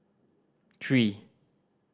three